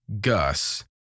Gus